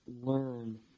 learn